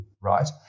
right